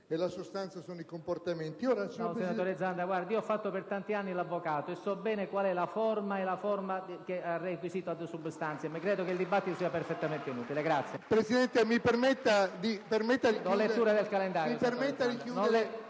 Presidente, mi permetta di concludere.